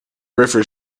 river